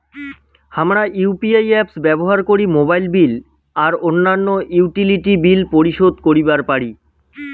হামরা UPI apps ব্যবহার করি মোবাইল বিল আর অইন্যান্য ইউটিলিটি বিল পরিশোধ করিবা পারি